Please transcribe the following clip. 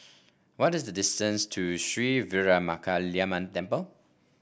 what is the distance to Sri Veeramakaliamman Temple